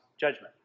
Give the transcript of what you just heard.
judgment